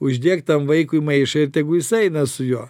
uždėk tam vaikui maišą ir tegu jis eina su juo